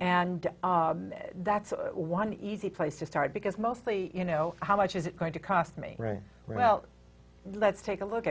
and that's one easy place to start because mostly you know how much is it going to cost me right well let's take a look